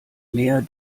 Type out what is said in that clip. mehr